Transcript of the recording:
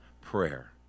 prayer